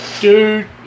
dude